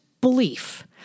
belief